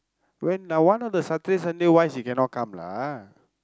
when ah one of the Saturday Sunday why she cannot come lah